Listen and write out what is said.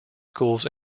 schools